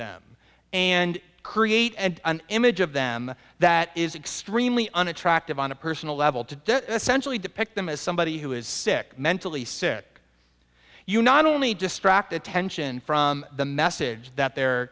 them and create and an image of them that is extremely unattractive on a personal level to essentially depict them as somebody who is sick mentally sick you not only distract attention from the message that they're